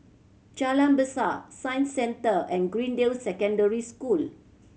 Jalan Besar Science Centre and Greendale Secondary School